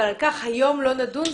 אבל על כך היום לא נדון,